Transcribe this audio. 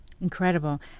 Incredible